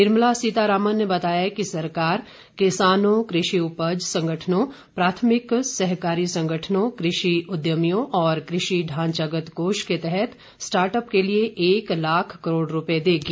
निर्मला सीतारामन ने बताया कि सरकार किसानों कृषि उपज संगठनों प्राथमिक सहकारी संगठनों कृषि उद्यमियों और कृषि ढांचागत कोष के तहत स्टार्टअप के लिए एक लाख करोड रूपये देगी